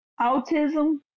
autism